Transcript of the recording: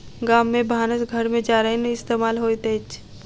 गाम में भानस घर में जारैन इस्तेमाल होइत अछि